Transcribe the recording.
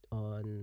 on